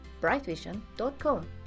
brightvision.com